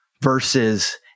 versus